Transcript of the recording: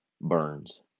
burns